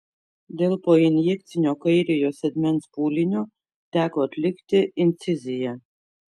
dėl poinjekcinio kairiojo sėdmens pūlinio teko atlikti inciziją